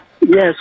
yes